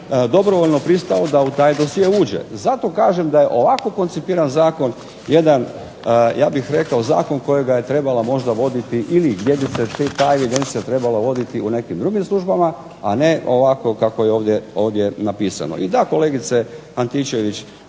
dobrovoljno pristao da u taj dosje uđe. Zato kažem da je ovako koncipiran zakon jedan ja bih rekao zakon kojega je trebala možda voditi ili gdje bi se ta evidencija trebala voditi u nekim drugim službama, a ne ovako kako je ovdje napisano. I da, kolegice Antičević,